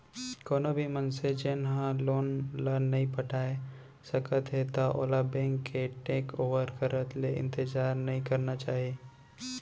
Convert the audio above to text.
कोनो भी मनसे जेन ह लोन ल नइ पटाए सकत हे त ओला बेंक के टेक ओवर करत ले इंतजार नइ करना चाही